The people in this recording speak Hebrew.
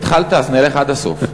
התחלת, אז נלך עד הסוף.